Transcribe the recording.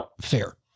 fair